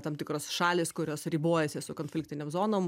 tam tikros šalys kurios ribojasi su konfliktinėm zonom